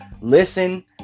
listen